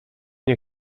nie